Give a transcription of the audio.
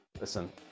listen